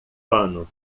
pano